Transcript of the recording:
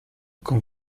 con